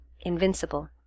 invincible